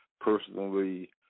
personally